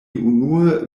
unue